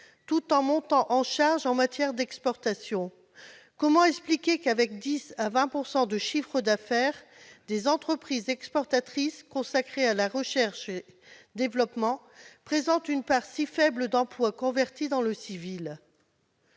tout en montant en charge en matière d'exportations ? Comment expliquer que, avec 10 % à 20 % de chiffre d'affaires, des entreprises exportatrices consacrées à la recherche et au développement présentent une part si faible d'emplois convertis dans le civil ?